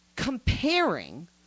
comparing